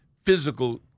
physical